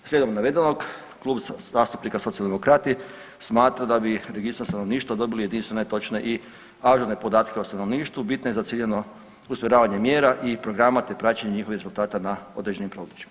Slijedom navedenog Klub zastupnika Socijaldemokrati smatra da bi registar stanovništva dobili jedinstvene, točne i ažurne podatke o stanovništvu bitne za ciljano usmjeravanje mjera i programa te praćenja njihovih rezultata na određenim promidžbe.